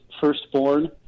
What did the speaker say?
firstborn